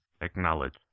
Acknowledge